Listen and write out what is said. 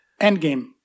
Endgame